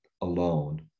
alone